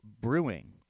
brewing